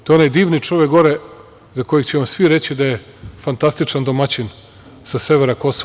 To je onaj divni čovek gore za kojeg će vam svi reći da je fantastičan domaćin sa severa Kosova.